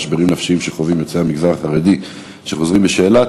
המשברים הנפשיים שחווים יוצאי המגזר החרדי שחוזרים בשאלה,